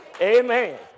Amen